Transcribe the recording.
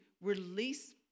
release